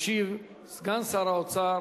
ישיב סגן שר האוצר,